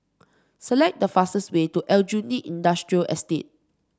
select the fastest way to Aljunied Industrial Estate